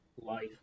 Life